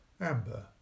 Amber